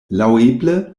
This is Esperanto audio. laŭeble